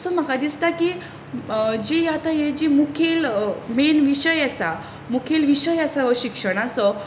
so म्हाका दिसता की जी आतां ही जी मुखेल मेन विशय आसा मुखेल विशय आसा हो शिक्षणाचो